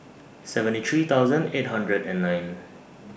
seventy three thousand eight hundred and nine